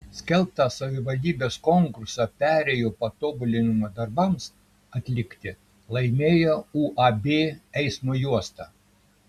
skelbtą savivaldybės konkursą perėjų patobulinimo darbams atlikti laimėjo uab eismo juosta